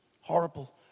Horrible